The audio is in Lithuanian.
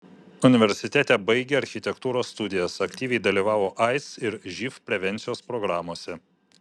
universitete baigė architektūros studijas aktyviai dalyvavo aids ir živ prevencijos programose